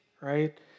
right